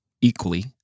equally